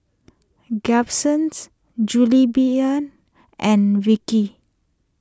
Gibsons Jillbian and Vickey